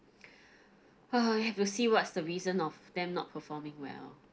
!huh! have to see what's the reason of them not performing well